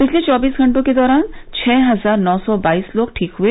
पिछले चौबीस घंटों के दौरान छह हजार नौ सौ बाइस लोग ठीक हए